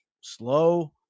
slow